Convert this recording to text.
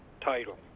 title